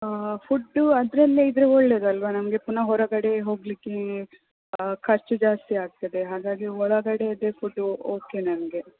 food ಅದರಲ್ಲೇ ಇದ್ದರೆ ಒಳ್ಳೆಯದು ಅಲ್ವಾ ನಮಗೆ ಪುನಃ ಹೊರಗಡೆ ಹೋಗಲಿಕ್ಕೆ ಖರ್ಚು ಜಾಸ್ತಿ ಆಗ್ತದೆ ಹಾಗಾಗಿ ಒಳಗಡೆದೆ ಫುಡ್ ಓಕೆ ನಮಗೆ